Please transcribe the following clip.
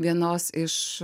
vienos iš